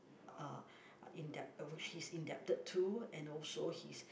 uh indebt~ which he's indebted to and also he's